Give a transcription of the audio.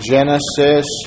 Genesis